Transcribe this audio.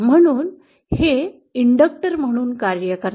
म्हणून हे प्रेरक म्हणून कार्य करते